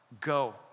go